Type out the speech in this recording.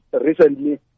recently